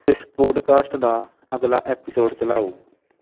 ਇਸ ਪੋਡਕਾਸਟ ਦਾ ਅਗਲਾ ਐਪੀਸੋਡ ਚਲਾਓ